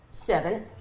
Seven